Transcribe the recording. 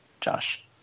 Josh